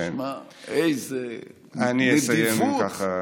שמע, איזו נדיבות, אני אסיים ככה.